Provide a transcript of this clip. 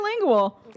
bilingual